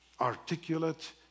articulate